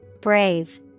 Brave